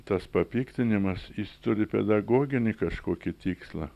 tas papiktinimas jis turi pedagoginį kažkokį tikslą